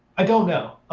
i don't know.